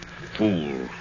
Fool